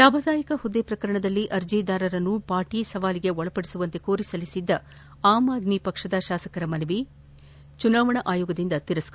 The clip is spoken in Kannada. ಲಾಭದಾಯಕ ಹುದ್ದೆ ಪ್ರಕರಣದಲ್ಲಿ ಅರ್ಜಿದಾರರನ್ನು ಪಾಟೀ ಸವಾಲಿಗೆ ಒಳಪಡಿಸುವಂತೆ ಕೋರಿ ಸಲ್ಲಿಸಿದ್ದ ಆಮ್ ಆದ್ದಿ ಪಕ್ಷದ ಶಾಸಕರ ಮನವಿಯ ಅರ್ಜಿ ಚುನಾವಣಾ ಆಯೋಗದಿಂದ ತಿರಸ್ತತ